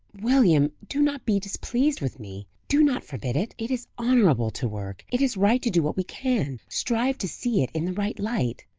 william, do not be displeased with me! do not forbid it! it is honourable to work it is right to do what we can. strive to see it in the right light.